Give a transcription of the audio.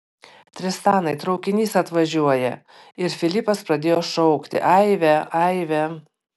tristanai traukinys atvažiuoja ir filipas pradėjo šaukti aive aive